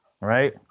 Right